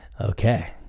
okay